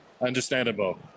understandable